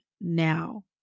now